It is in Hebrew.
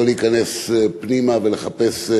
לא להיכנס פנימה ולחפש,